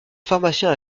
pharmacien